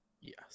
yes